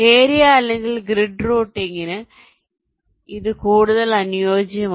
area അല്ലെങ്കിൽ grid റൂട്ടിംഗിന് ഇത് കൂടുതൽ അനുയോജ്യമാണ്